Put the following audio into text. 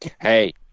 Hey